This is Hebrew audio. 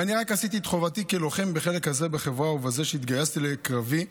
ואני רק עשיתי את חובתי כלוחם בחלק הזה בחברה ובזה שהתגייסתי לקרבי,